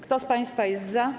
Kto z państwa jest za?